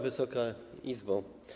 Wysoka Izbo!